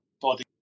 body